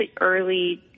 early